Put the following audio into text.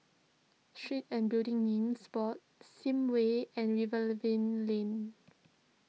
Street and Building Names Board Sims Way and Lane